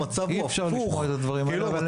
אי-אפשר לשמוע את הדברים אבל אין לנו ברירה.